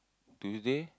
Tuesday